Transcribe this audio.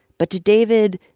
but to david,